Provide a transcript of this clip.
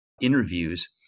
interviews